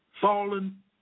fallen